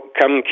come